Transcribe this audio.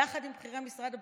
יחד עם בכירי משרד הבריאות,